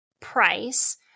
price